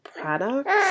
products